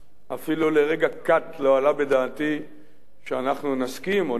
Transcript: אפילו לרגע קט לא עלה בדעתי שאנחנו נסכים או נבקש,